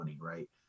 right